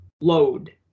load